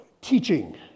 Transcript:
teaching